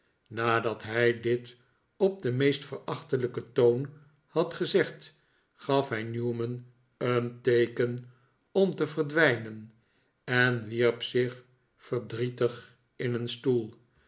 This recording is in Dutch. nadat hij dit op den meest verachtelijken toon had gezegd gaf hij newman een teeken om te verdwijnen en wierp zich verdrietig in een stoel